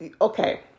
okay